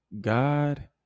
God